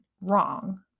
wrong